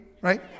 right